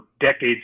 decades